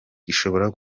gishobora